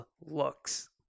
looks